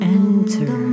enter